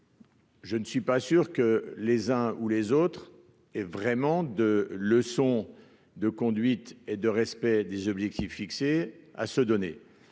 Je ne suis pas sûr que les uns ou les autres, et vraiment de leçons de conduite et de respect des objectifs fixés à se donner,